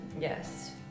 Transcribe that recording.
Yes